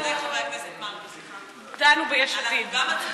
דנו ביש עתיד,